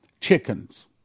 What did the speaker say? chickens